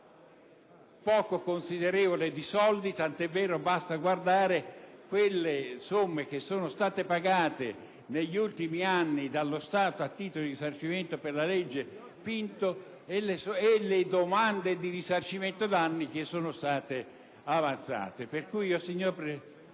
poco considerevole di soldi: basta guardare le somme pagate negli ultimi anni dallo Stato a titolo di risarcimento per la legge Pinto e le domande di risarcimento danni che sono state avanzate.